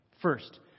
First